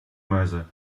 mother